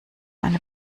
eine